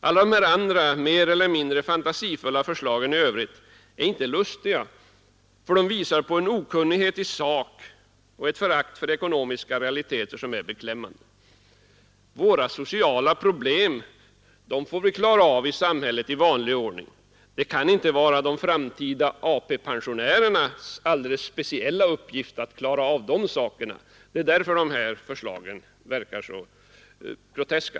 Alla de andra mer eller mindre fantasifulla förslagen är inte lustiga, ty de visar en okunnighet i sak och ett förakt för ekonomiska realiteter som är beklämmande. Nr 98 | Våra sociala problem får vi klara i samhället i vanlig ordning. Det kan Torsdagen den inte vara de framtida AP-pensionärernas alldeles speciella uppgift att 24 maj 1973 klara av de sakerna. Det är därför som dessa förslag verkar så groteska.